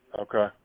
Okay